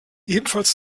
ebenfalls